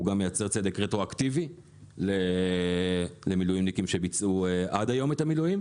הוא גם מייצר צדק רטרואקטיבי למילואימניקים שביצעו עד היום את המילואים.